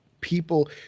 people